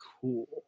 cool